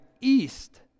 east